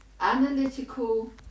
Analytical